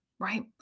right